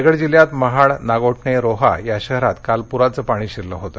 रायगड जिल्हयात महाडनागोठणेरोहा या शहरांत काल पुराचं पाणी शिरलं होतं